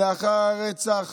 לאחר הרצח